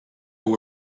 that